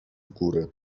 góry